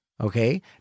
Okay